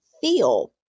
feel